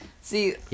See